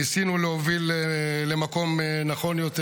ניסינו להוביל למקום נכון יותר.